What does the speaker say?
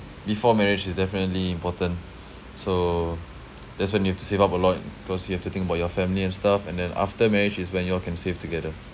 before marriage is definitely important so that's when you have to save up a lot cause you have to think about your family and stuff and then after marriage is when you all can save together